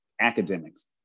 academics